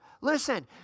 Listen